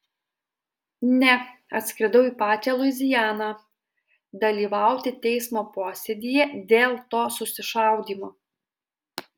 ne atskridau į pačią luizianą dalyvauti teismo posėdyje dėl to susišaudymo